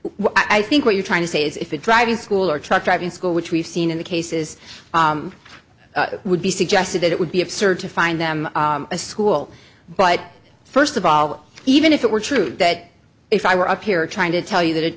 as i think what you're trying to say is if a driving school or truck driving school which we've seen in the cases would be suggested that it would be absurd to find them a school but first of all even if it were true that if i were up here trying to tell you that a